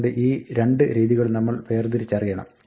അതുകൊണ്ട് ഈ രണ്ട് രീതികളും നമ്മൾ വേർതിരിച്ചറിയണം